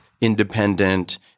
independent